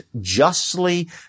justly